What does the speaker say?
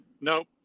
Nope